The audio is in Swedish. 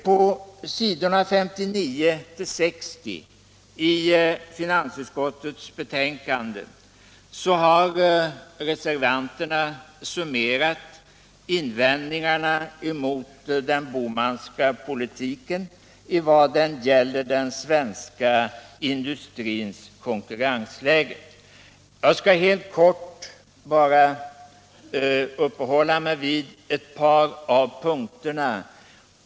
På s. 59 och 60 i finansutskottets betänkande har vi reservanter summerat våra invändningar mot den Bohmanska politiken i vad den gäller den svenska industrins konkurrensläge. Jag skall helt kort uppehålla mig vid ett par av punkterna.